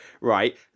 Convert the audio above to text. right